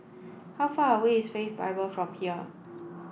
how far away is Faith Bible from here